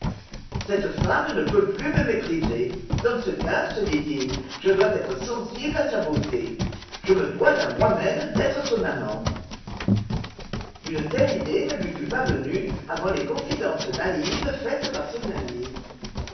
cette femme ne peut plus me mépriser dans ce cas se dit-il je dois être sensible à sa beauté je me dois à moi-même d'être son amant une telle idée ne lui fût pas venue avant les confidences naïves faites par son ami